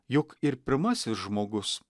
juk ir pirmasis žmogus